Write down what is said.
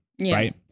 right